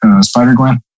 Spider-Gwen